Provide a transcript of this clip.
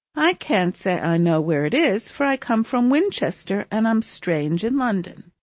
i can't say i know where it is, for i come from winchester and am strange in london.